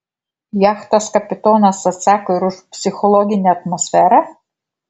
jachtos kapitonas atsako ir už psichologinę atmosferą